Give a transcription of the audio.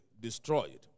destroyed